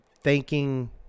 thanking